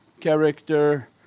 character